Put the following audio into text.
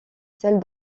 celle